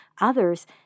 Others